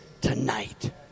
tonight